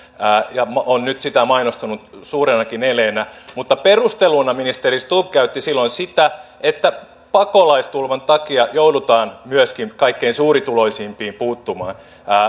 ja on nyt sitä mainostanut suurenakin eleenä mutta perusteluna ministeri stubb käytti silloin sitä että pakolaistulvan takia joudutaan myöskin kaikkein suurituloisimpiin puuttumaan